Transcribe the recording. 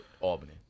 Albany